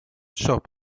shop